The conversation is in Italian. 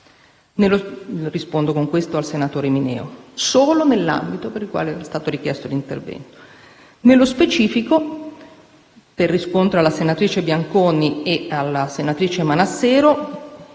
rispondo così al senatore Mineo - opera solo nell'ambito per il quale è stato richiesto l'intervento. Nello specifico - per rispondere alle senatrici Bianconi e Manassero